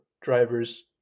drivers